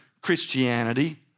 Christianity